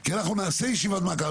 כי אנחנו נעשה ישיבת מעקב.